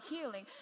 healing